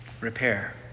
repair